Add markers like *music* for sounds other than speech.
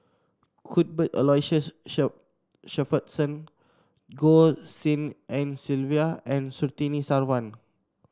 Cuthbert Aloysius *unintelligible* Shepherdson Goh Tshin En Sylvia and Surtini Sarwan